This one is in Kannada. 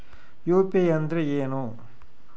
ಯು.ಪಿ.ಐ ಅಂದ್ರೆ ಏನು?